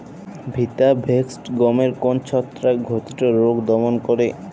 Vitavax গমের কোন ছত্রাক ঘটিত রোগ দমন করে?